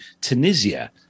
Tunisia